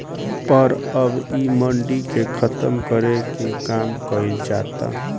पर अब इ मंडी के खतम करे के काम कइल जाता